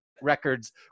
records